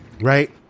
right